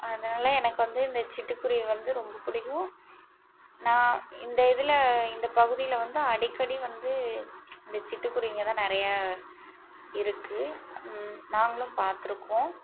அதனால் எனக்கு வந்து இந்த சிட்டுக்குருவி வந்து ரொம்ப பிடிக்கும் நான் இந்த இதில் இந்த பகுதியில் வந்து அடிக்கடி வந்து இந்த சிட்டுக்குருவிங்க தான் நிறைய இருக்கு நாங்களும் பாத்திருக்கோம்